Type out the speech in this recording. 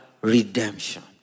redemption